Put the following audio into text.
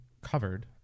covered